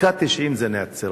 בדקה התשעים היא נעצרה.